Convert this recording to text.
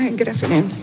and good afternoon